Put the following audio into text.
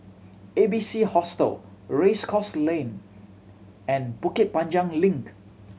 A B C Hostel Race Course Lane and Bukit Panjang Link